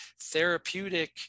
therapeutic